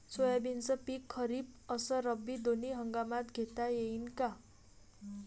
सोयाबीनचं पिक खरीप अस रब्बी दोनी हंगामात घेता येईन का?